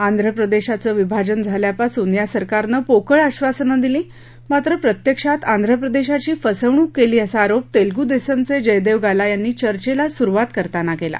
आंध्र प्रदेशाचं विभाजन झाल्यापासून या सरकारनं पोकळ आक्षासनं दिली मात्र प्रत्यक्षात आंध्रप्रदेशाची फसवणूक केली असा आरोप तेलगू देसमचे जयदेव गाला यांनी चर्चेला सुरुवात करताना केला